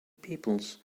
peoples